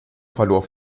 verlor